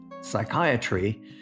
psychiatry